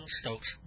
Stokes